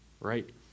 right